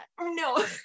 no